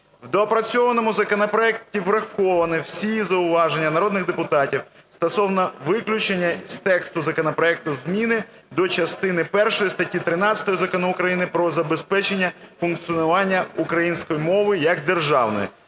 В доопрацьованому законопроекті враховані всі зауваження народних депутатів стосовно виключення із тексту законопроекту зміни до частини першої статті 13 Закону України "Про забезпечення функціонування української мови як державної".